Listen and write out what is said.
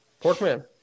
Porkman